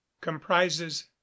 comprises